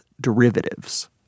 derivatives